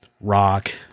rock